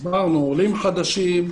עולים חדשים,